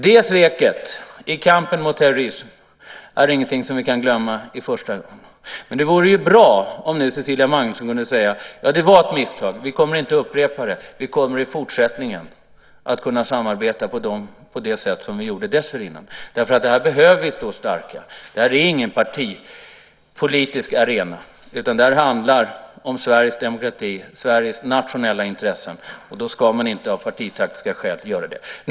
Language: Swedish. Det sveket i kampen mot terrorism är ingenting som vi kan glömma i första taget. Men det vore bra om Cecilia Magnusson nu kunde säga: Det var ett misstag. Vi ska inte upprepa det. I fortsättningen kommer vi att kunna samarbeta på det sätt som vi gjorde dessförinnan. Här behöver vi stå starka. Det här är ingen partipolitisk arena, utan det handlar om Sveriges demokrati och Sveriges nationella intressen, och då ska man inte av partitaktiska skäl agera på det sättet.